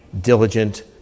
diligent